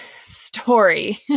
story